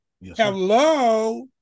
Hello